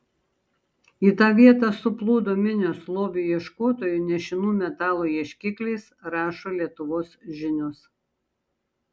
į tą vietą suplūdo minios lobių ieškotojų nešinų metalo ieškikliais rašo lietuvos žinios